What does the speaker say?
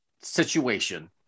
situation